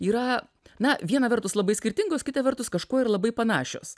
yra na viena vertus labai skirtingos kita vertus kažkuo ir labai panašios